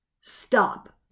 stop